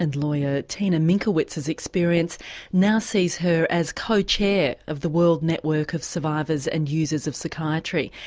and lawyer tina minkowitz's experience now sees her as co-chair of the world network of survivors and users of psychiatry.